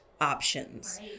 options